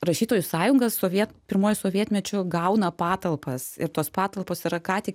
rašytojų sąjunga soviet pirmoji sovietmečiu gauna patalpas ir tos patalpos yra ką tik